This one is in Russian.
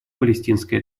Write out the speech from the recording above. палестинской